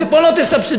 ופה לא תסבסדו.